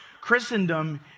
Christendom